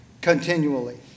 continually